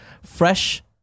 Fresh